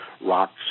rocks